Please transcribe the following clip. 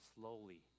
slowly